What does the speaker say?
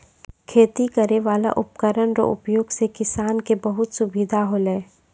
खेती करै वाला उपकरण रो उपयोग से किसान के बहुत सुबिधा होलै